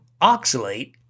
oxalate